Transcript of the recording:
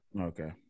Okay